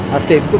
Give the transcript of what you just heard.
state